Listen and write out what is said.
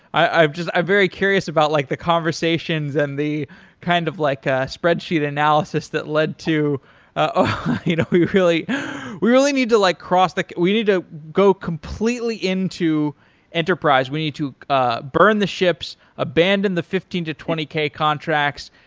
i'm ah very curious about like the conversations and the kind of like a spreadsheet analysis that led to ah you know we really we really need to like cross to we need to go completely into enterprise. we need to ah burn the ships, abandon the fifteen to twenty k contracts.